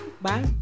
Bye